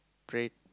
bread